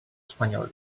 espanyol